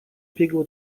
biegło